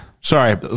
Sorry